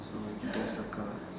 so we can both circle